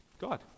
God